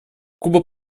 куба